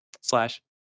slash